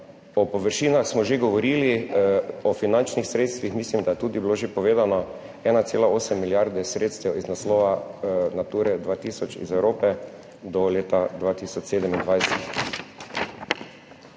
O površinah smo že govorili o finančnih sredstvih, mislim, da je tudi bilo že povedano. 1,8 milijarde sredstev iz naslova Nature 2000 iz Evrope do leta 2027.